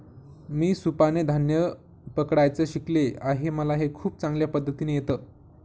मी सुपाने धान्य पकडायचं शिकले आहे मला हे खूप चांगल्या पद्धतीने येत